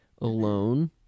Alone